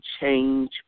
change